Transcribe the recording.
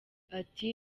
ati